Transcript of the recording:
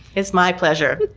it's my pleasure.